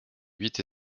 huit